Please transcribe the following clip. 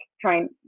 trying